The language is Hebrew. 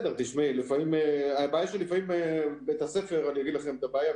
אני אגיד לכם את הבעיה.